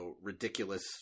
ridiculous